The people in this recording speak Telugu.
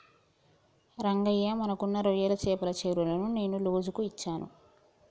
రంగయ్య మనకున్న రొయ్యల చెపల చెరువులను నేను లోజుకు ఇచ్చాను